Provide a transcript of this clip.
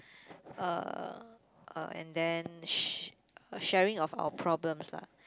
uh uh and then sh~ sharing of our problems lah